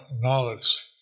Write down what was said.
knowledge